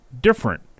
different